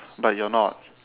but you're not